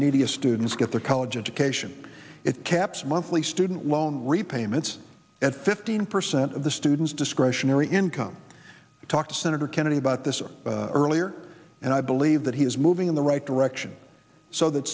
neediest students get their college education it caps monthly student loan repayments at fifteen percent of the student's discretionary income you talk to senator kennedy about this earlier and i believe that he is moving in the right direction so that